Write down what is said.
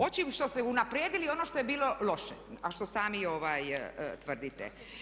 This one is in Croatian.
Osim što ste unaprijedili ono što je bilo loše a što sami tvrdite.